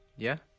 yeah?